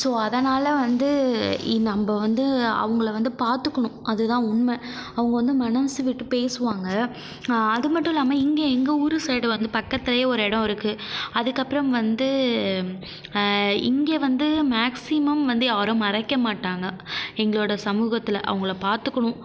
so அதனால் வந்து நம்ம வந்து அவங்கள வந்து பார்த்துக்குணு அதுதான் உண்மை அவங்க வந்து மனசு விட்டு பேசுவாங்க அதுமட்டுல்லாமல் இங்கே எங்கள் ஊர் சைடு வந்து பக்கத்தில் ஒரு இடம் இருக்குது அதுக்கப்புறம் வந்து இங்கே வந்து மேக்சிமம் வந்து யாரும் மறைக்க மாட்டாங்க எங்களோட சமூகத்தில் அவங்கள பார்த்துக்குணும்